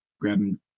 grabbing